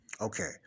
okay